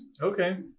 Okay